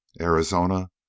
Arizona